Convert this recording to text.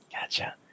Gotcha